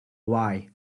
why